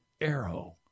arrow